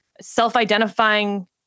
self-identifying